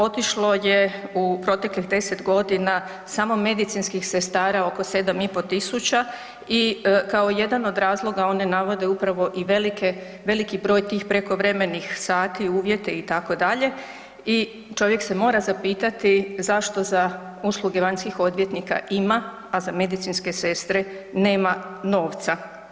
Otišlo je u proteklih 10 godina samo medicinskih sestara samo 7.500 i kao jedan od razloga one navode upravo i velike, veliki broj tih prekovremenih sati, uvjete itd. i čovjek se mora zapitati zašto za usluge vanjskih odvjetnika ima, a za medicinske sestre nema novca.